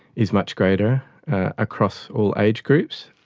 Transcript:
is much greater across all age groups,